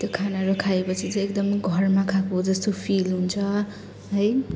त्यो खानाहरू खाएपछि चाहिँ एकदम घरमा खाएको जस्तो फिल हुन्छ है